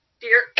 dear